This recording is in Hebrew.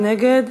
מי נגד?